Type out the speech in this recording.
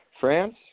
France